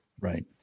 right